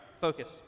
Focus